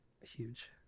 Huge